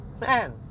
man